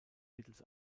mittels